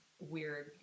weird